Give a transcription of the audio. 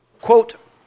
quote